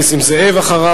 חבר הכנסת נסים זאב אחריו.